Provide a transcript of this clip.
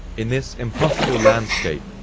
in this impossible landscape,